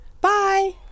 Bye